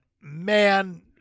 man